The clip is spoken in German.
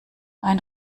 ein